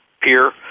peer